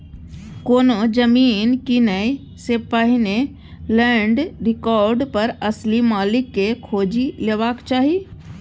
कोनो जमीन कीनय सँ पहिने लैंड रिकार्ड पर असली मालिक केँ खोजि लेबाक चाही